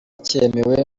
cyemewe